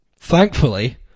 thankfully